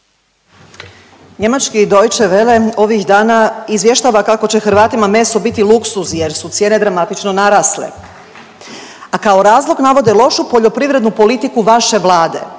Njemački Deutsche Welle ovih dana izvještava kako će Hrvatima meso biti luksuz, jer su cijene dramatično narasle, a kao razlog navode lošu poljoprivrednu politiku vaše Vlade.